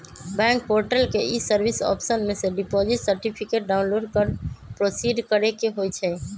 bank portal के ई service option में से डिपॉजिट सर्टिफिकेट डाउनलोड कर प्रोसीड करेके होइ छइ